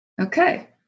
Okay